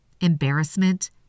Embarrassment